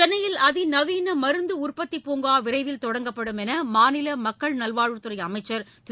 சென்னையில் அதிநவீன மருந்து உற்பத்திப் பூங்கா விரைவில் தொடங்கப்படும் என்று மாநில மக்கள் நல்வாழ்வுத்துறை அமைச்சர் திரு